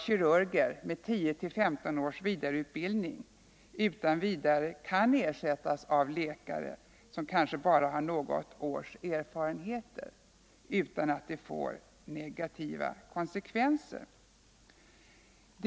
Kirurger med 10-15 års vidareutbildning kan inte ersättas av läkare med kanske bara något års erfarenhet utan att det får negativa konsekvenser.